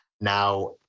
now